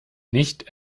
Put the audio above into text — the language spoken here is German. nicht